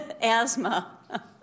asthma